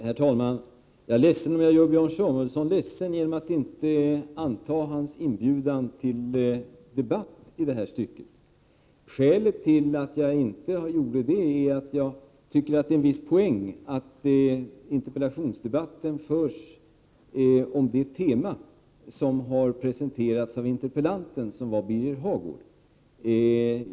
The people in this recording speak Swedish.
Herr talman! Jag beklagar om jag gör Björn Samuelson ledsen genom att inte anta hans inbjudan till debatt i det här stycket. Skälet till att jag inte gör det är att jag tycker att det är en viss poäng i att interpellationsdebatten förs om det tema som har presenterats av interpellanten, som var Birger Hagård.